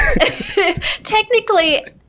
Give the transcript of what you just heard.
Technically